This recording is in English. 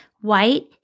white